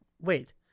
Wait